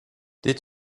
did